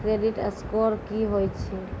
Credit score की होय छै?